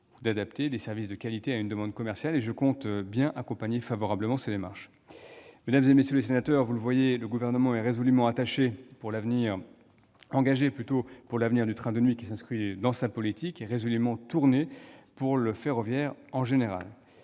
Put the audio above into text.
d'adapter des services de qualité à une demande commerciale, et je compte bien accompagner favorablement ces démarches. Mesdames et messieurs les sénateurs, vous le voyez, le Gouvernement est résolument engagé pour l'avenir du train de nuit, qui s'inscrit dans sa politique, résolument tournée vers le ferroviaire en général.